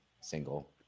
single